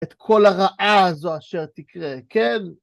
את כל הרעה הזו אשר תקרה, כן?